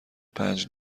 پنج